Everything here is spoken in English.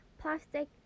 plastic